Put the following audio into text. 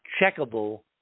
checkable